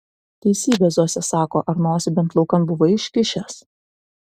teisybę zosė sako ar nosį bent laukan buvai iškišęs